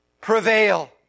prevail